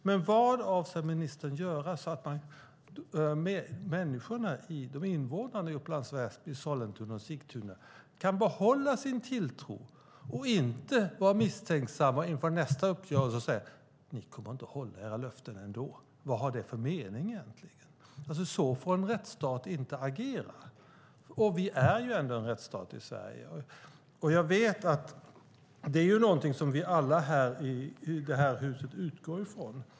Men jag undrar vad ministern avser att göra för att invånarna i Upplands Väsby, Sollentuna och Sigtuna ska kunna behålla sin tilltro och inte vara misstänksamma inför nästa uppgörelse och säga: Ni kommer inte att hålla era löften ändå. Vad har det för mening egentligen? Så får en rättsstat inte agera. Och Sverige är ändå en rättsstat. Jag vet att det är någonting som vi alla i det här huset utgår från.